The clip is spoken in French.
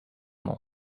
nom